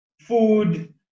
food